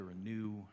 anew